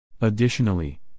Additionally